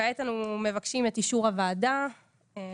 כעת אנחנו מבקשים את אישור הוועדה לקראת